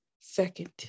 second